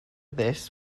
this